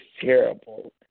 terrible